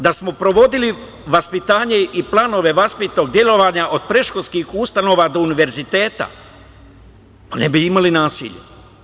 Da smo provodili vaspitanje i planove vaspitnog delovanja od predškolskih ustanova do univerziteta, ne bi ni imali nasilje.